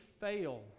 fail